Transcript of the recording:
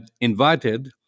invited